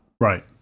Right